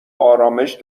آرامش